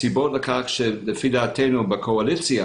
הסיבות לכך שלפי דעתנו בקואליציה